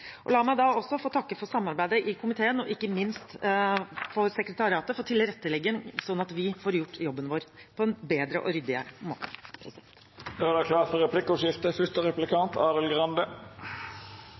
La meg få takke for samarbeidet i komiteen og ikke minst takke sekretariatet for tilrettelegging, sånn at vi får gjort jobben vår på en bedre og ryddigere måte.